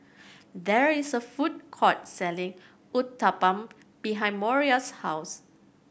there is a food court selling Uthapam behind Moriah's house